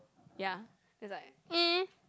ya is like eh